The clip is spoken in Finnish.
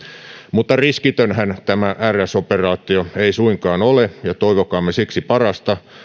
mutta riskitönhän tämä rs operaatio ei suinkaan ole ja toivokaamme siksi parasta